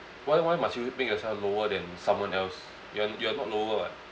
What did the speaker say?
why why must you make yourself lower than someone else you're you're not lower [what]